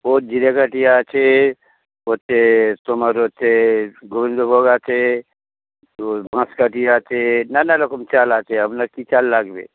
ও জিরেকাঠি আছে হচ্ছে তোমার হচ্ছে গোবিন্দোভোগ আছে ও বাঁশকাঠি আছে নানা রকম চাল আছে আপনার কী চাল লাগবে